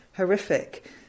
horrific